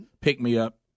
pick-me-up